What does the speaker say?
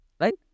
Right